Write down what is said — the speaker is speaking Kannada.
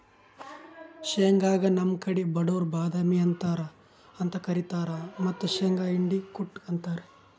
ಶೇಂಗಾಗ್ ನಮ್ ಕಡಿ ಬಡವ್ರ್ ಬಾದಾಮಿ ಅಂತ್ ಕರಿತಾರ್ ಮತ್ತ್ ಶೇಂಗಾ ಹಿಂಡಿ ಕುಟ್ಟ್ ಉಂತಾರ್